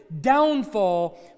downfall